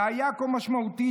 "בעיה כה משמעותית,